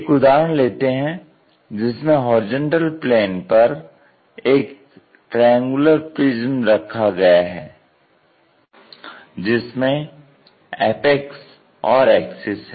एक उदाहरण लेते हैं जिसमें हॉरिजॉन्टल प्लेन पर एक ट्रायंगुलर प्रिज्म रखा गया है जिसमें एपेक्स और एक्सिस है